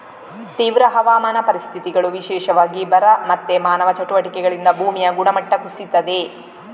ತೀವ್ರ ಹವಾಮಾನ ಪರಿಸ್ಥಿತಿಗಳು, ವಿಶೇಷವಾಗಿ ಬರ ಮತ್ತೆ ಮಾನವ ಚಟುವಟಿಕೆಗಳಿಂದ ಭೂಮಿಯ ಗುಣಮಟ್ಟ ಕುಸೀತದೆ